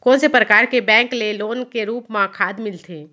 कोन से परकार के बैंक ले लोन के रूप मा खाद मिलथे?